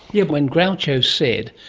yeah when groucho said,